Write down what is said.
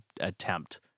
attempt